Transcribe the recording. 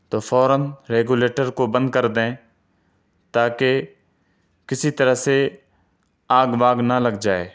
تو فوراً ریگولیٹر کو بند کر دیں تا کہ کسی طرح سے آگ واگ نہ لگ جائے